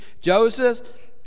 joseph